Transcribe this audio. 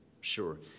Sure